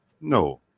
No